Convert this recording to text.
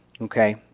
okay